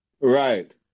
Right